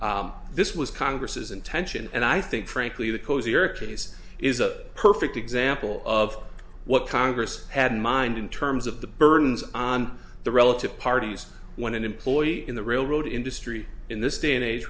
this was congress's intention and i think frankly the cozier case is a perfect example of what congress had in mind in terms of the burdens on the relative parties when an employee in the railroad industry in this day and age